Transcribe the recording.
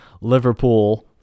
Liverpool